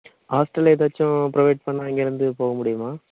hostel ஏதாச்சும் provide பண்ணால் இங்கேயிருந்து போக முடியுமா